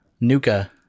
Nuka